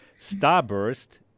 Starburst